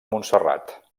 montserrat